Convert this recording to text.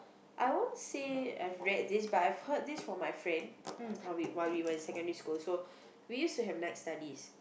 I won't say I've read this but I've heard this from my friend wh~ while we were in secondary school so we used to have night studies